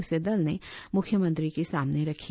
उसे दल ने मुख्यमंत्री के सामना रखी